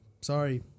Sorry